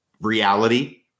reality